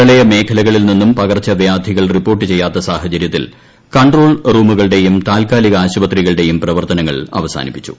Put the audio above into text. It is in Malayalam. പ്രളയമേഖലകളിൽ നിന്നും പകർച്ചവ്യാധികൾ റിപ്പോർട്ട് ചെയ്യാത്ത സാഹചര്യത്തിൽ കൺട്രോൾ റൂമുകളുടെയും താൽക്കാലിക ആശുപത്രികളുടെയും പ്രവർത്തനങ്ങൾ അവസാനിപ്പിച്ചു